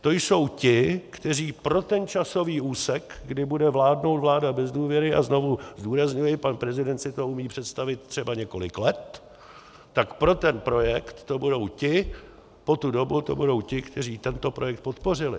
To jsou ti, kteří pro ten časový úsek, kdy bude vládnout vláda bez důvěry a znovu zdůrazňuji, pan prezident si to umí představit třeba několik let , tak pro ten projekt to budou ti, po tu dobu to budou ti, kteří tento projekt podpořili.